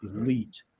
elite